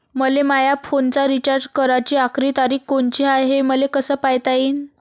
मले माया फोनचा रिचार्ज कराची आखरी तारीख कोनची हाय, हे कस पायता येईन?